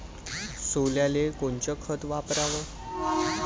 सोल्याले कोनचं खत वापराव?